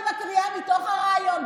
אני מקריאה מתוך הריאיון.